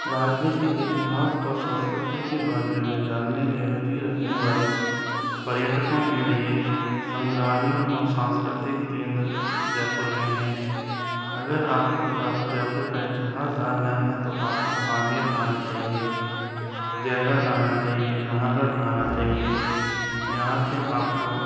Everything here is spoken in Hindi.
राज्य के इतिहास और संस्कृति के बारे जानने में रुची रखने वाले पर्यटकों के लिए संग्रहालयों और सांस्कृतिक केंद्र जयपुर में है अगर आपको जयपुर का इतिहास जानना है तो आपको आमेर आना चाहिए जयगढ़ आना चाहिए नाहरगढ़ आना चाहिए यहाँ से आपको